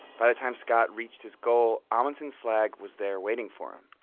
by the time scott reached his goal, amundsen's flag was there waiting for him.